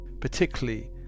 Particularly